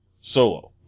Solo